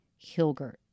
Hilgert